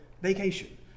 vacation